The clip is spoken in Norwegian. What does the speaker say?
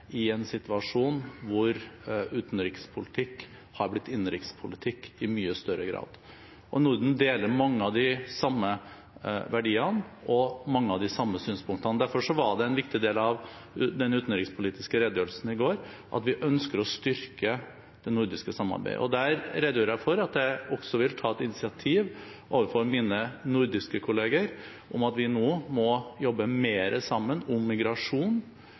i en situasjon der utenrikspolitikk er blitt innenrikspolitikk i mye større grad. Norden deler mange av de samme verdiene og mange av de samme synspunktene. Derfor var det en viktig del av den utenrikspolitiske redegjørelsen i går at vi ønsker å styrke det nordiske samarbeidet. Der redegjorde jeg også for at jeg vil ta et initiativ overfor mine nordiske kolleger om at vi nå må jobbe mer sammen om migrasjon,